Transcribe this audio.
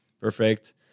perfect